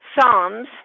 psalms